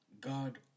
God